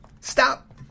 Stop